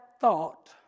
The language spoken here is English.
thought